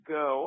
go